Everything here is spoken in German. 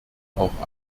auch